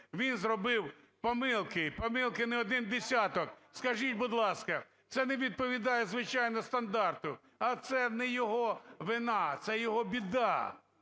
він зробив помилки, помилки не один десяток. Скажіть, будь ласка, це не відповідає, звичайно, стандарту, а це не його вина, це його біда.